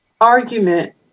argument